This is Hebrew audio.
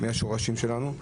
מהשורשים שלנו.